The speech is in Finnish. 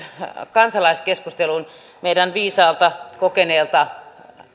kansalaiskeskusteluun liittyen meidän viisaalta kokeneelta